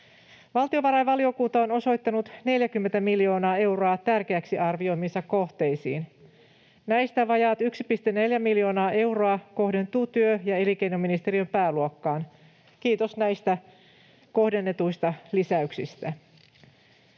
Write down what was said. Valtiovarainvaliokunta on osoittanut 40 miljoonaa euroa tärkeäksi arvioimiinsa kohteisiin. Näistä vajaat 1,4 miljoonaa euroa kohdentuu työ- ja elinkeinoministeriön pääluokkaan. Kiitos näistä kohdennetuista lisäyksistä.